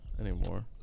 anymore